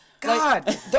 God